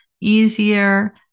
easier